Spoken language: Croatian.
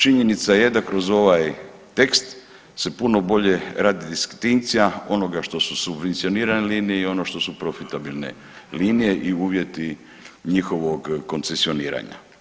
Činjenica je da kroz ovaj tekst se puno bolje radi distinkcija onoga što su subvencionirane linije i ono što su profitabilne linije i uvjeti njihovog koncesioniranja.